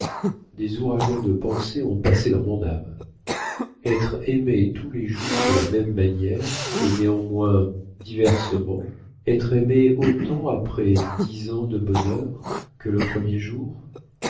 des ouragans de pensées ont passé dans mon âme être aimée tous les jours de la même manière et néanmoins diversement être aimée autant après dix ans de bonheur que le premier jour